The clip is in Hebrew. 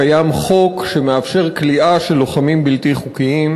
קיים חוק שמאפשר כליאה של לוחמים בלתי חוקיים,